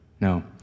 No